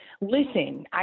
listen